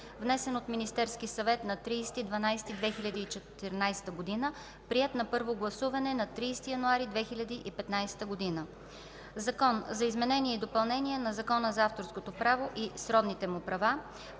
внесен от Министерския съвет на 30 декември 2014 г., приет на първо гласуване на 30 януари 2015 г. „Закон за изменение и допълнение на Закона за авторското право и сродните му права”.